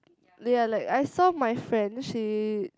ya like I saw my friend she